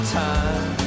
time